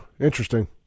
Interesting